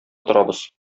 торабыз